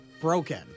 broken